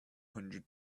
hundred